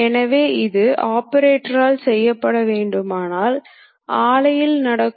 இந்த இரண்டு புள்ளிகளுக்கும் இடையில் ஒரு வளைவை வரைய முடியும்